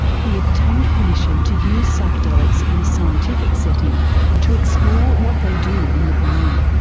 he obtained permission to use psychedelics in a scientific setting to explore what they do in the brain.